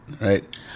right